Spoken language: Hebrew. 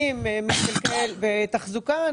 תחזוקה,